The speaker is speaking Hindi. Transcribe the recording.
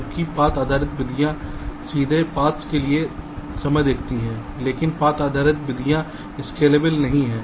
जबकि पथ आधारित विधियाँ सीधे पाथ्स के लिए समय देखती हैं लेकिन पथ आधारित विधियाँ स्केलेबल नहीं हैं